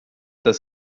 das